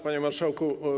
Panie Marszałku!